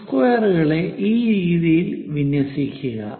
set സ്ക്വയറുകളെ ഈ രീതിയിൽ വിന്യസിക്കുക